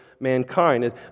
Mankind